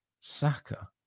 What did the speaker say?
Saka